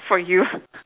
for you